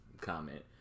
comment